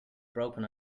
broken